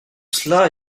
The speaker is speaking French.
cela